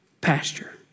pasture